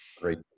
great